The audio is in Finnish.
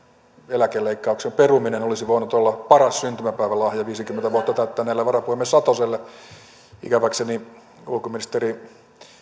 eläkeleikkauksen peruminen olisi voinut olla paras syntymäpäivälahja viisikymmentä vuotta täyttäneelle varapuhemies satoselle ikäväkseni ulkoministeri